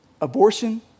Abortion